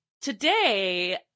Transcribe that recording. today